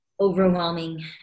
overwhelming